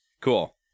Cool